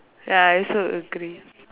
ya I also agree